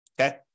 Okay